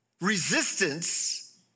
resistance